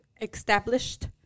established